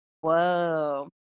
Whoa